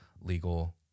legal